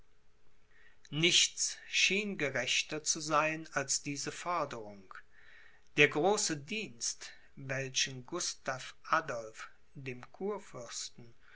nichts schien gerechter zu sein als diese forderung der große dienst welchen gustav adolph dem